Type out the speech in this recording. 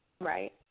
right